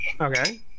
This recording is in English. Okay